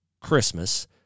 Christmas